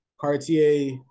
cartier